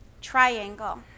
triangle